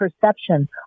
perception